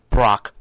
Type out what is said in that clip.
Brock